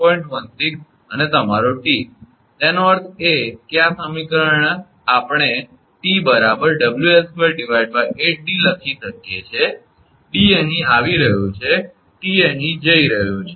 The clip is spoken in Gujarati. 16 અને તમારો T તેનો અર્થ એ કે આ સમીકરણ આપણે 𝑇 𝑊𝐿2 8𝑑 લખી શકીએ છીએ 𝑑 અહીં આવી રહ્યું છે 𝑇 અહીં જઈ રહ્યું છે